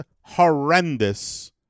horrendous